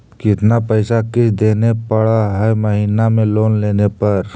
कितना पैसा किस्त देने पड़ है महीना में लोन लेने पर?